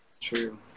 true